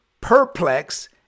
perplex